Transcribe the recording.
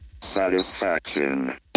satisfaction